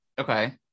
okay